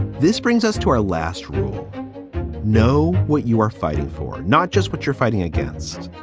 this brings us to our last. know what you are fighting for, not just what you're fighting against.